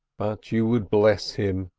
but you would bless him,